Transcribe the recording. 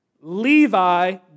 Levi